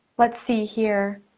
let's see here.